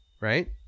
Right